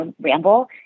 Ramble